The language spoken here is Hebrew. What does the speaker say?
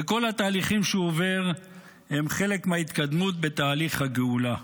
וכל התהליכים שהוא עובר הם חלק מההתקדמות בתהליך הגאולה.